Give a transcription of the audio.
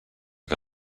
que